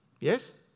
Yes